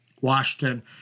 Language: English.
washington